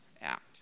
act